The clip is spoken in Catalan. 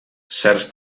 certs